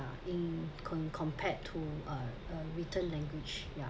in com~ compared to uh written language ya